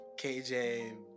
KJ